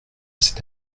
cet